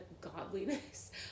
godliness